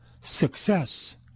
success